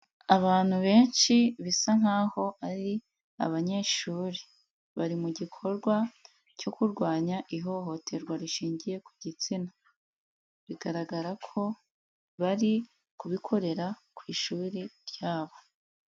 Abantu benshi bisa nk'aho ari abanyeshuri, bari mu gikorwa cyo kurwanya ihohoterwa rishingiye ku gitsina, bigaragara ko bari kubi bikorera ku ishuri ryabo.